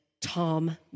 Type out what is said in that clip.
Tom